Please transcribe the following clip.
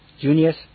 Junius